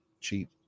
cheap